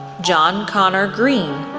john connor greene,